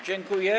Dziękuję.